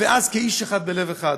ואז "כאיש אחד בלב אחד".